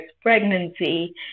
pregnancy